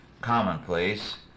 commonplace